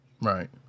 right